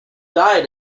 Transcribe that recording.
died